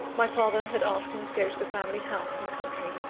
my father had asked him to go to the family house, in the country,